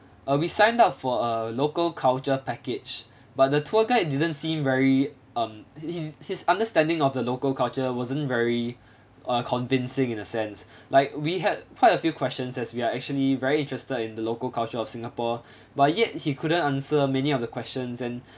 err we signed up for a local culture package but the tour guide didn't seem very um his his understanding of the local culture wasn't very uh convincing in a sense like we had quite a few questions as we are actually very interested in the local culture of singapore but yet he couldn't answer many of the questions and